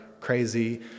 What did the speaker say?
crazy